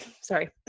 sorry